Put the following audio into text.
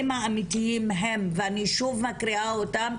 האמיתיים הם ואני שוב מקריאה אותם,